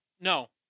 no